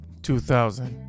2000